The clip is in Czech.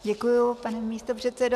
Děkuji, pane místopředsedo.